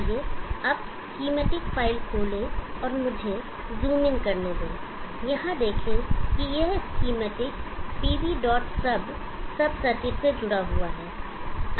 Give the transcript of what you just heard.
आइए अब schematic file खोलें और मुझे ज़ूम इन करने दे यहाँ देखें कि यह स्कीमेटिक pvsub सब सर्किट से जुड़ा हुआ है